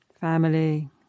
family